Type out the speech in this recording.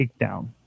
takedown